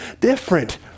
different